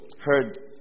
heard